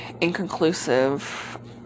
inconclusive